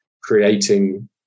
creating